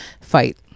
fight